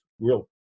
Real